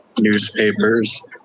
newspapers